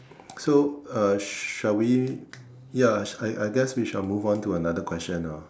so uh shall we ya I I guess we shall move on to another question ah